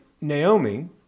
Naomi